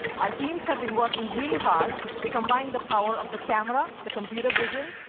our teams have been working really hard to combine the power of the camera, the computer vision,